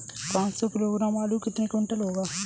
पाँच सौ किलोग्राम आलू कितने क्विंटल होगा?